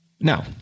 Now